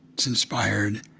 it's inspired.